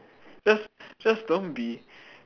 just just don't be